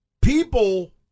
People